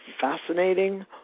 fascinating